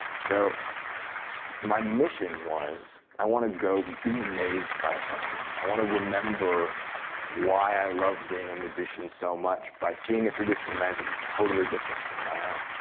so my mission was i wanted to go be amazed by something. i wanted to remember why i loved being a magician so much by seeing a tradition of magic that's totally different from my own.